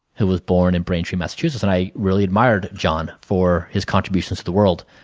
who was born in braintree, massachusetts and i really admired john for his contributions to the world.